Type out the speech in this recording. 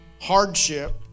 hardship